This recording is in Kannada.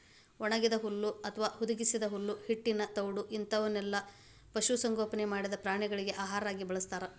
ಒಣಗಿದ ಹುಲ್ಲು ಅತ್ವಾ ಹುದುಗಿಸಿದ ಹುಲ್ಲು ಹಿಟ್ಟಿನ ತೌಡು ಇಂತವನ್ನೆಲ್ಲ ಪಶು ಸಂಗೋಪನೆ ಮಾಡಿದ ಪ್ರಾಣಿಗಳಿಗೆ ಆಹಾರ ಆಗಿ ಬಳಸ್ತಾರ